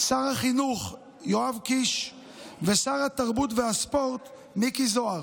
שר החינוך יואב קיש ושר התרבות והספורט מיקי זוהר.